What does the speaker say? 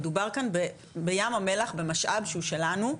מדובר כאן בים המלח במשאב שהוא שלנו,